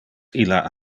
illa